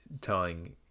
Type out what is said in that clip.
telling